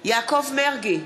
יעקב מרגי,